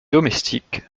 domestiques